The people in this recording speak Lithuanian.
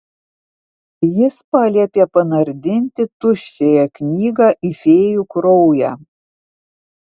jis paliepė panardinti tuščiąją knygą į fėjų kraują